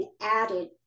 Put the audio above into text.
added